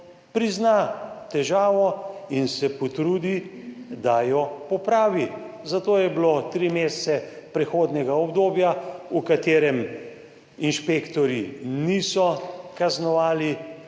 Prizna težavo in se potrudi, da jo popravi. Zato je bilo tri mesece prehodnega obdobja, v katerem inšpektorji niso kaznovali,